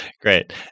Great